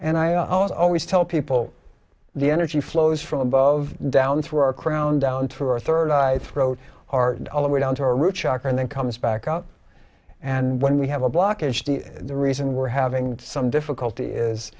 and i always tell people the energy flows from above down through our crown down through our third eye throat and all the way down to a rude shock and then comes back out and when we have a blockage the reason we're having some difficulty is